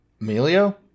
Emilio